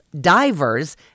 divers